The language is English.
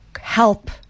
help